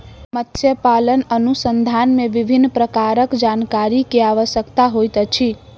मत्स्य पालन अनुसंधान मे विभिन्न प्रकारक जानकारी के आवश्यकता होइत अछि